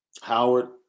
Howard